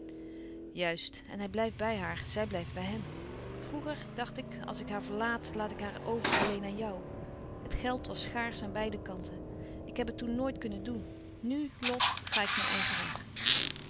juist en hij blijft bij haar zij blijft bij hem vroeger dacht ik als ik haar verlaat laat ik haar over alleen aan jou het geld was schaarsch aan beide kanten ik heb het toen nooit kunnen doen nu lot ga ik mijn eigen weg